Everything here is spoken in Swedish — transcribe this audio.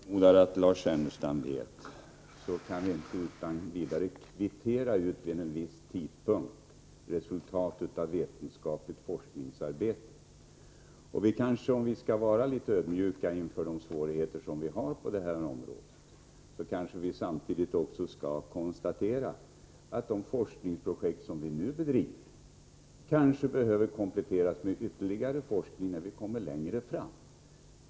Herr talman! Som jag förmodar att Lars Ernestam vet kan vi inte utan vidare vid en viss tidpunkt kvittera ut resultat av vetenskapligt forskningsarbete. Om vi skall vara litet ödmjuka inför de svårigheter vi har på det här området kan vi kanske också konstatera att de forskningsprojekt som vi nu bedriver kan behöva kompletteras med ytterligare forskning när vi kommit längre fram.